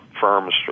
firms